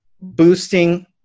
boosting